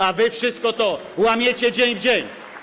A wy wszystko to łamiecie dzień w dzień.